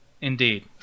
Indeed